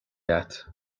leat